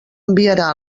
enviarà